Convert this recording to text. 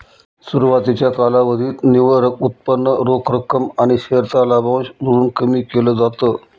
सुरवातीच्या कालावधीत निव्वळ उत्पन्न रोख रक्कम आणि शेअर चा लाभांश जोडून कमी केल जात